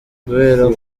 kubera